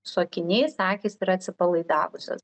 su akiniais akys yra atsipalaidavusios